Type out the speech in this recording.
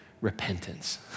repentance